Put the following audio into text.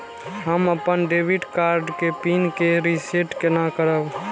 हम अपन debit card के पिन के रीसेट केना करब?